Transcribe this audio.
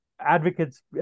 advocates